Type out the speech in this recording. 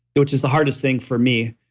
which is the hardest thing for me.